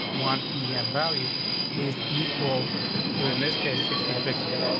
one e m. value is equal to, in this case, sixteen pixels.